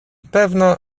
pewna